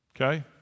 Okay